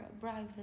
private